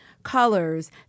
Colors